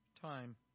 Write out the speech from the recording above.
time